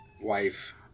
wife